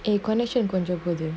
eh connection கொஞ்சோ போது:konjo pothu